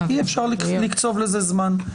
אי-אפשר לקצוב לזה זמן.